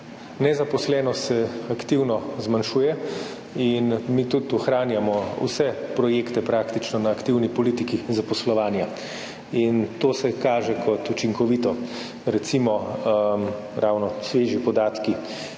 Nezaposlenost se aktivno zmanjšuje in mi tudi ohranjamo praktično vse projekte na aktivni politiki zaposlovanja, in to se kaže kot učinkovito. Recimo ravno sveži podatki,